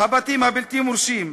הבתים הבלתי-מורשים.